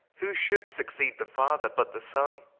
who should succeede the father, but the sonne